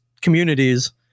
communities